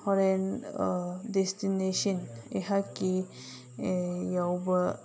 ꯍꯣꯔꯦꯟ ꯗꯦꯁꯇꯤꯅꯦꯁꯟ ꯑꯩꯍꯥꯛꯀꯤ ꯌꯧꯕ